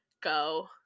go